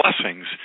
blessings